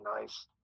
nice